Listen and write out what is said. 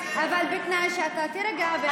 אלה שזורקים,